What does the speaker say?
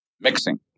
mixing